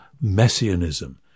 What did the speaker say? messianism